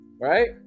Right